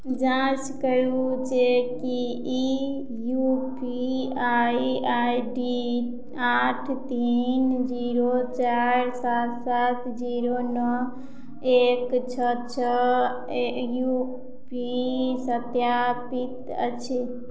जाँच करू जे कि ई U P I I D आठ तीन जीरो चारि सात सात जीरो नओ एक छओ छओ यू पी सत्यापित अछि